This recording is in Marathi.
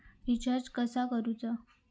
रिचार्ज कसा करूचा?